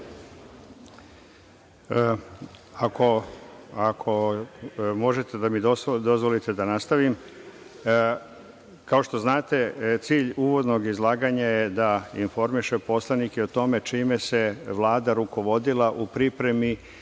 Ako možete da mi dozvolite da nastavim, kao što znate cilj uvodnog izlaganja je da informiše poslanike čime se Vlada rukovodila u pripremi